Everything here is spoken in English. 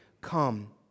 come